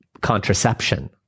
contraception